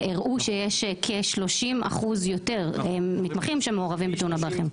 שהראה שיש כ-30% יותר מתמחים שמעורבים בתאונות דרכים.